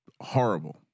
horrible